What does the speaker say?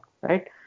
right